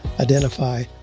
identify